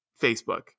facebook